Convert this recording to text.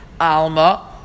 alma